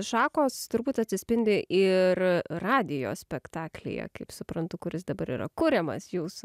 šakos turbūt atsispindi ir radijo spektaklyje kaip suprantu kuris dabar yra kuriamas jūs